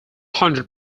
hundred